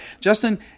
Justin